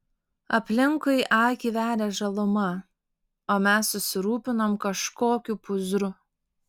aplinkui akį veria žaluma o mes susirūpinom kažkokiu pūzru